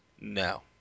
no